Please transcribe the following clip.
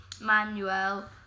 manuel